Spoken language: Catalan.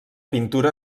pintura